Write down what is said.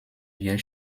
wir